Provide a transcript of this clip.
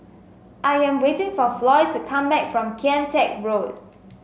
I am waiting for Floy to come back from Kian Teck Road